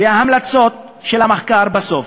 וההמלצות של המחקר בסוף,